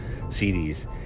CDs